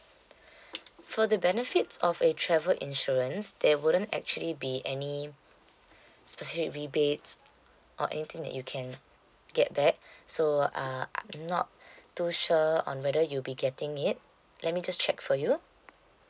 for the benefits of a travel insurance there wouldn't actually be any specific rebates or anything that you can get back so uh I'm not too sure on whether you'll be getting it let me just check for you